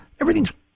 Everything's